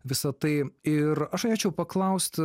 visą tai ir aš norėčiau paklausti